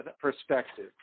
perspective